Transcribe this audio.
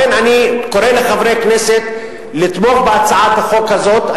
לכן אני קורא לחברי הכנסת לתמוך בהצעת החוק הזאת.